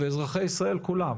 ואזרחי ישראל כולם,